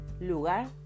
lugar